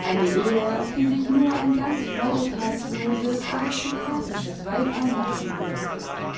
eine ehe auf die sich nur ein ganz vorurteilsloses aristokratisches weib einlassen würde